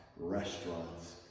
restaurants